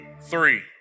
three